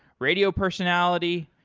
radio personality.